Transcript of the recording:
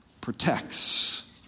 protects